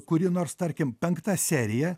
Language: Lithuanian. kuri nors tarkim penkta serija